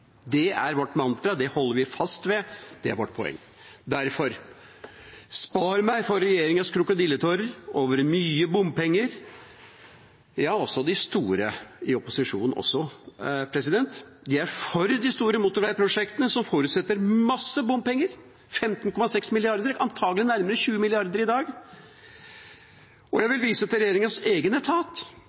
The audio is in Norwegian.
Det er vårt mantra, det holder vi fast ved, og det er vårt poeng. Derfor: Spar meg for regjeringas krokodilletårer over mye bompenger. Det gjelder også de store i opposisjonen, de er for de store motorveiprosjektene som forutsetter mange bompenger – 15,6 mrd. kr, antagelig nærmere 20 mrd. kr i dag. Og jeg vil vise til regjeringas egen